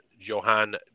Johan